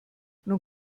nun